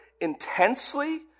intensely